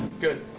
good.